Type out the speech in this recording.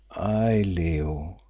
aye, leo,